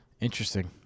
Interesting